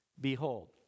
Behold